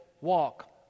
walk